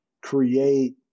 create